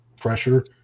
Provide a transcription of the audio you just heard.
pressure